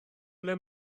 ble